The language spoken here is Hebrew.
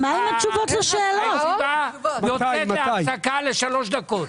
הוועדה יוצאת להפסקה של שלוש דקות.